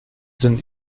sind